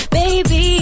baby